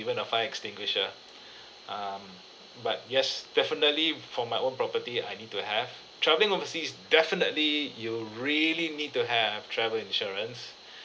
even a fire extinguisher um but yes definitely for my own property I need to have travelling overseas definitely you really need to have travel insurance